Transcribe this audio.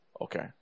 Okay